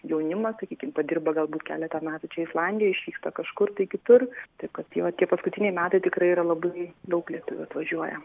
jaunimas sakykim padirba galbūt keletą metų čia islandijoj išvyksta kažkur tai kitur taip kad jo tie paskutiniai metai tikrai yra labai daug lietuvių atvažiuoja